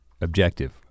objective